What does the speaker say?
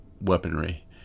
weaponry